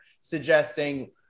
suggesting